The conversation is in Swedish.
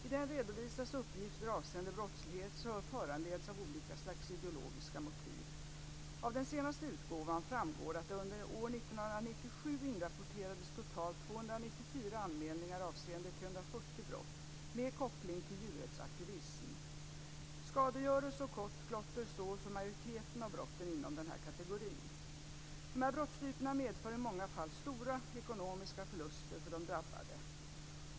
I denna redovisas uppgifter avseende brottslighet som föranleds av olika slags ideologiska motiv. Av den senaste utgåvan framgår att det under år 1997 inrapporterades totalt 294 anmälningar, avseende 340 brott, med koppling till djurrättsaktivism. Skadegörelse och klotter står för majoriteten av brotten inom denna kategori. Dessa brottstyper medför i många fall stora ekonomiska förluster för de drabbade.